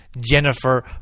Jennifer